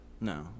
No